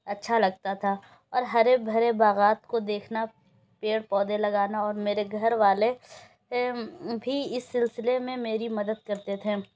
اچھا لگتا تھا اور ہرے بھرے باغات کو دیکھنا پیڑ پودے لگانا اور میرے گھر والے بھی اس سلسلے میں میری مدد کرتے تھے